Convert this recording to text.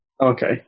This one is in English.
Okay